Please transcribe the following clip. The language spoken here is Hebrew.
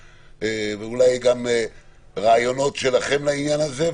ואולי גם רעיונות שלכם לעניין הזה.